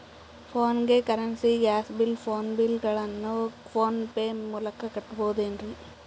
ಫೋನಿಗೆ currency, gas bill, phone bill ಗಳನ್ನು PhonePe ಮೂಲಕ ಕಟ್ಟಬಹುದೇನ್ರಿ?